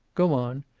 go on.